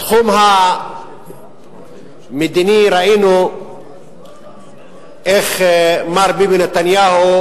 בתחום המדיני ראינו איך מר ביבי נתניהו,